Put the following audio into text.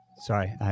Sorry